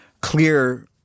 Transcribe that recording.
clear